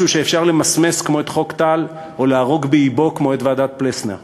משהו שאפשר למסמס כמו את חוק טל או להרוג באבו כמו את ועדת פלסנר.